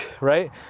right